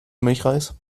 milchreis